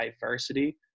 diversity